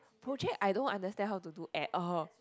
project I don't understand how to do at all